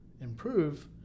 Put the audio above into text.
improve